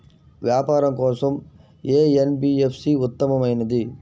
వ్యాపారం కోసం ఏ ఎన్.బీ.ఎఫ్.సి ఉత్తమమైనది?